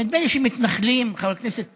נדמה לי שמתנחלים, חבר הכנסת פרי,